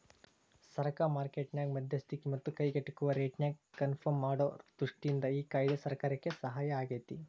ಸರಕ ಮಾರ್ಕೆಟ್ ನ್ಯಾಗ ಮಧ್ಯಸ್ತಿಕಿ ಮತ್ತ ಕೈಗೆಟುಕುವ ರೇಟ್ನ್ಯಾಗ ಕನ್ಪರ್ಮ್ ಮಾಡೊ ದೃಷ್ಟಿಯಿಂದ ಈ ಕಾಯ್ದೆ ಸರ್ಕಾರಕ್ಕೆ ಸಹಾಯಾಗೇತಿ